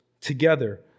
together